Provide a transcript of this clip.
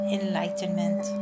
enlightenment